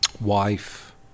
wife